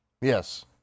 yes